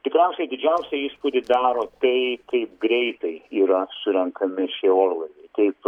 tikriausiai didžiausią įspūdį daro tai kaip greitai yra surenkami šie orlaiviai taip